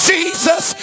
Jesus